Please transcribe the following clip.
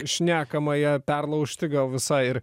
šnekamąją perlaužti gal visai ir